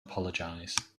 apologize